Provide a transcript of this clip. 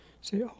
say